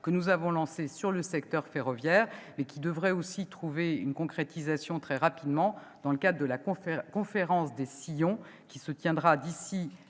que nous avons lancée sur le secteur ferroviaire et qui devrait aussi trouver une concrétisation très rapidement dans le cadre de la conférence des sillons, qui se tiendra d'ici